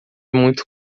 muito